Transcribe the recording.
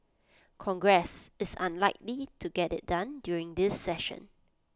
congress is unlikely to get IT done during this session